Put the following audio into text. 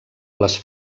les